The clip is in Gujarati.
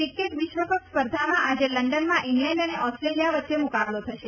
ક્રિકેટ વિશ્વકપ સ્પર્ધામાં આજે લંડનમાં ઇંગ્લેન્ડ અને ઓસ્ટ્રેલિયા વચ્ચે મુકાબલો થશે